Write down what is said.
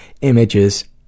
images